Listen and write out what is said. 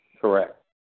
correct